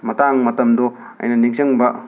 ꯃꯇꯥꯡ ꯃꯇꯝꯗꯣ ꯑꯩꯅ ꯅꯤꯡꯁꯤꯡꯕ